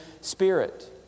Spirit